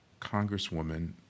Congresswoman